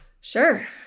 Sure